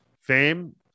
Fame